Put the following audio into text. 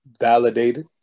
validated